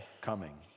coming